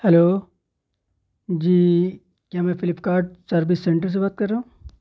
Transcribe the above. hello جی کیا میں فلپکارٹ سروس سینٹر سے بات کر رہا ہوں